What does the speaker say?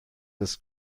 das